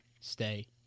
stay